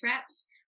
Reps